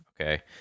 okay